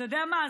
אתה יודע מה,